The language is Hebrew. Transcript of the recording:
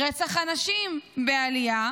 רצח הנשים בעלייה,